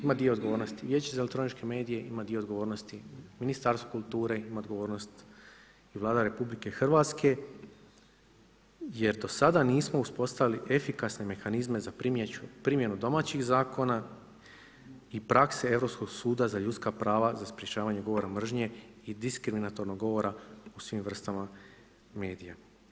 Ima dio odgovornosti Vijeće za elektronike medije, ima dio odgovornosti Ministarstvo kulture, ima odgovornost i Vlada RH jer do sada nismo uspostavili efikasne mehanizme za primjenu domaćih zakona i prakse Europskog suda za ljudska prava za sprečavanje govora mržnje i diskriminatornog govora u svim vrstama medija.